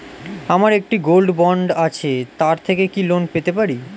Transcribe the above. আমার একটি gold bond আছে তার থেকে কি লোন পেতে পারি?